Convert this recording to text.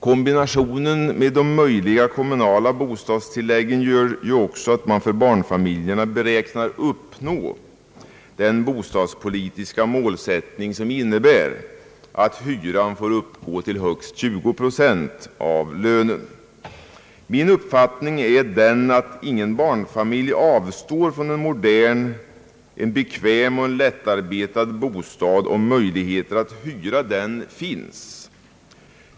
Kombinationen med de möjliga kommunala bostadstilläggen gör ju också att man för barnfamiljerna beräknar att kunna uppnå den bostads politiska målsättning, som innebär att hyran får uppgå till högst 20 procent av lönen. Min uppfattning är, att ingen barnfamilj avstår från en modern, bekväm och lättarbetad bostad om möjligheter att hyra den finns.